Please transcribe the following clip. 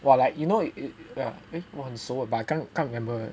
!wah! like you know !wah! 很廋 eh but I can't can't remember eh